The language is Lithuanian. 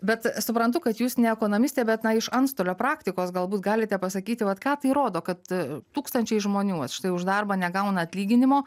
bet suprantu kad jūs ne ekonomistė bet na iš antstolio praktikos galbūt galite pasakyti vat ką tai rodo kad tūkstančiai žmonių vat štai už darbą negauna atlyginimo